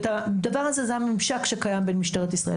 הדבר הזה זה הממשק שקיים בין משטרת ישראל